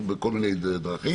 כל מיני דרכים